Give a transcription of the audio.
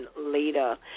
later